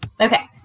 Okay